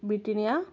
Britannia